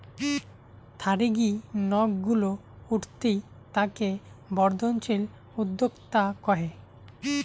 থারিগী নক গুলো উঠতি তাকে বর্ধনশীল উদ্যোক্তা কহে